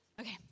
Okay